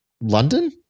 London